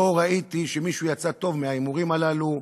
לא ראיתי שמישהו יצא טוב מההימורים הללו.